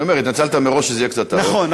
אני אומר, התנצלת מראש שזה יהיה קצת ארוך.